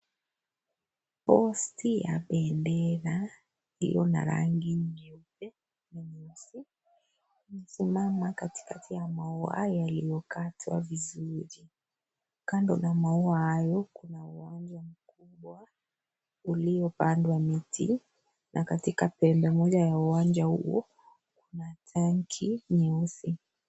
Post ya bendera iliyo na rangi nyeupe na nyeusi imesimama katikati ya maua yaliyokatwa vizuri. Kando na maua hayo kuna uwanja mkubwa, uliopandwa miti na katika pembe moja ya a uwanja huo kuna tangi nyeusi.